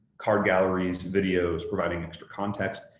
card galleries, videos providing extra context.